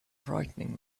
frightening